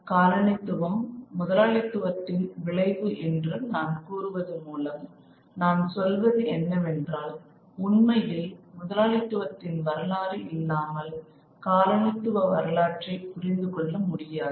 காலனித்துவம் முதலாளித்துவத்தின் விளைவு என்று நான் கூறுவது மூலம் நான் சொல்வது என்னவென்றால் உண்மையில் முதலாளித்துவத்தின் வரலாறு இல்லாமல் காலனித்துவ வரலாற்றை புரிந்து கொள்ள முடியாது